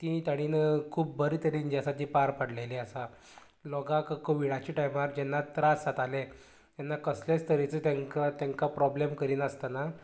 तीं ताणीन खूब बरें तरेन जें आसा तें पार पाडलेंलें आसा लोकाक कोविडाच्या टायमार जेन्ना त्रास जाताले तेन्ना कसलेच तरेचो तेंका तेंका प्रोब्लेब करिनासतना